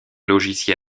logiciel